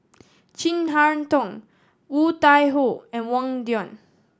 Chin Harn Tong Woon Tai Ho and Wang Dayuan